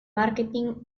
marketing